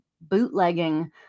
bootlegging